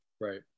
Right